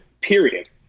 period